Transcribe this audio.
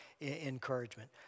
encouragement